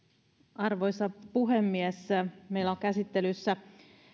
arvoisa puhemies meillä on käsittelyssä